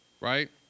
right